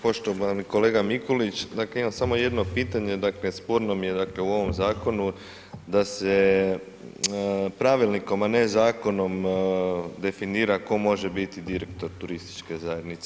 Poštovani kolega Mikulić, dakle imam samo jedno pitanje, sporno mi je dakle u ovom zakonu da se pravilnikom a ne zakonom definira tko može biti direktor turističke zajednice.